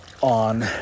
on